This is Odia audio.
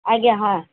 ଆଜ୍ଞା ହଁ